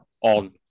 on